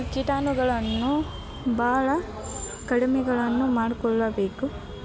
ಕೀಟಾಣುಗಳನ್ನು ಬಹಳ ಕಡಿಮೆಗಳನ್ನು ಮಾಡಿಕೊಳ್ಳಬೇಕು